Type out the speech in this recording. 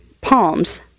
palms